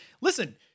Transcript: Listen